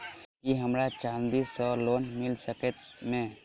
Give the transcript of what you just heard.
की हमरा चांदी सअ लोन मिल सकैत मे?